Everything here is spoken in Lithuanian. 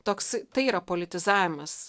toks tai yra politizavimas